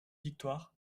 victoire